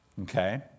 okay